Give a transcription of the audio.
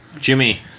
Jimmy